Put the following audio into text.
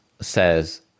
says